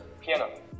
piano